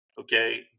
okay